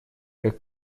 как